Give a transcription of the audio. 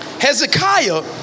Hezekiah